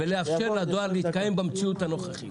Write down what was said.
ולאפשר לדואר להתקיים במציאות הנוכחית.